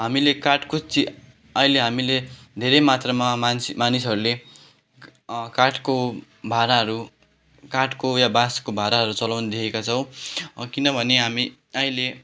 हामीले काठको चिया अहिले हामीले धेरै मात्रामा मान्छे मानिसहरूले काठको भाँडाहरू काठको या बाँसको भाँडाहरू चलाउने देखेका छौँ किनभने हामी अहिले